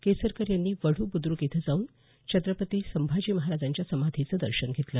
केसरकर यांनी वढू बुद्रुक इथं जाऊन छत्रपती संभाजी महाराजांच्या समाधीचंही दर्शन घेतलं